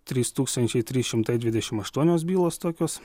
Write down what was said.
trys tūkstančiai trys šimtai dvidešimt aštuonios bylos tokios